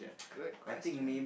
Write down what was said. good question